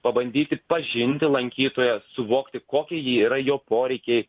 pabandyti pažinti lankytoją suvokti kokie jį yra jo poreikiai